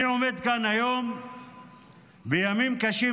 אני עומד כאן היום בימים קשים,